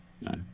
no